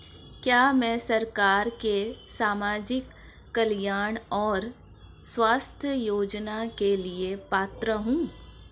क्या मैं सरकार के सामाजिक कल्याण और स्वास्थ्य योजना के लिए पात्र हूं?